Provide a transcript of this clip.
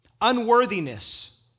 Unworthiness